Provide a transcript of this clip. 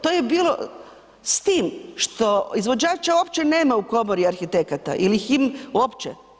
To je bilo s tim što izvođača uopće nema u komori arhitekata uopće.